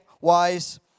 wise